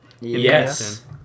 Yes